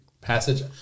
passage